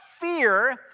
fear